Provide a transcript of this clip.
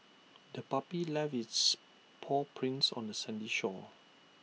the puppy left its paw prints on the sandy shore